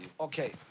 Okay